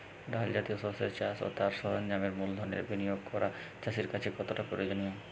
ডাল জাতীয় শস্যের চাষ ও তার সরঞ্জামের মূলধনের বিনিয়োগ করা চাষীর কাছে কতটা প্রয়োজনীয়?